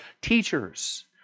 teachers